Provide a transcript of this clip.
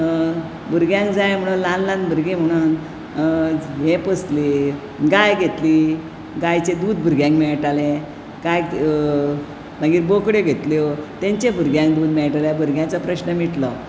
भुरग्यांक जाय म्हणुन ल्हान ल्हान भुरगीं म्हणुन ये पोंसलीं गांय घेतली गांयचें दूध भुरग्यांक मेळटालें गांयक मागीर बोकड्यो घेतल्यो तेंचे भुरग्यांक दूध मेळटालें भुरग्यांचो प्रस्न मिटलो